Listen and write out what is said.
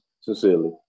sincerely